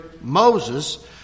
Moses